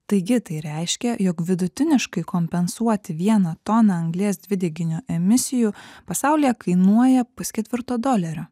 taigi tai reiškia jog vidutiniškai kompensuoti vieną toną anglies dvideginio emisijų pasaulyje kainuoja pusketvirto dolerio